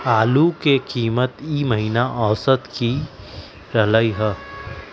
आलू के कीमत ई महिना औसत की रहलई ह?